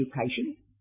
Education